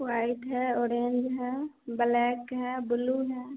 white है orange है black है बुलु है